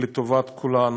לטובת כולנו.